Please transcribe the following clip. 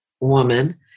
woman